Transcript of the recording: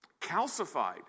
calcified